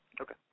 Okay